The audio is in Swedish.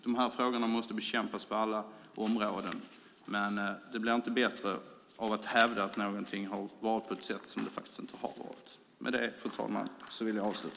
De här problemen måste bekämpas på alla områden, men det blir inte bättre av att hävda att någonting har varit på ett sätt som det faktiskt inte har varit. Med detta, fru talman, vill jag avsluta.